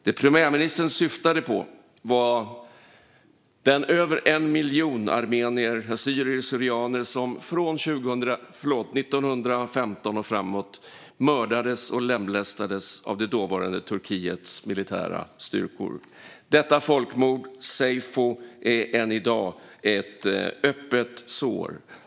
Det premiärministern syftade på var de över 1 miljon armenier och assyrier/syrianer som från 1915 och framåt mördades och lemlästades av det dåvarande Turkiets militära styrkor. Detta folkmord, seyfo, är än i dag ett öppet sår.